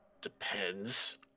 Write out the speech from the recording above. Depends